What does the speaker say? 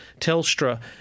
Telstra